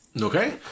Okay